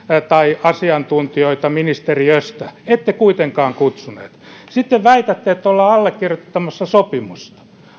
tai asiantuntijoita ministeriöstä ette kuitenkaan kutsunut ja väitätte että ollaan allekirjoittamassa sopimus